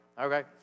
okay